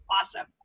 awesome